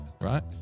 right